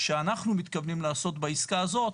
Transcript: שאנחנו מתכוונים לעשות בעסקה הזאת,